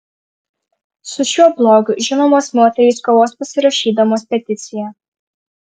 su šiuo blogiu žinomos moterys kovos pasirašydamos peticiją